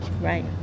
Right